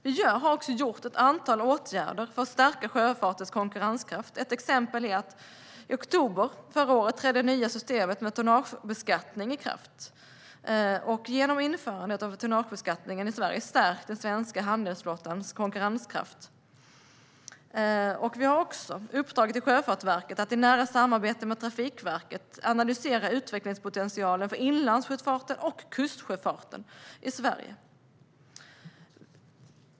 Vi har genomfört ett antal åtgärder för att stärka sjöfartens konkurrenskraft. Ett exempel är att i oktober förra året trädde det nya systemet med tonnagebeskattning i kraft. Genom införandet av tonnagebeskattningen i Sverige stärks den svenska handelsflottans konkurrenskraft. Vi har också uppdragit till Sjöfartsverket att i nära samarbete med Trafikverket analysera utvecklingspotentialen för inlandssjöfarten och kustsjöfarten i Sverige.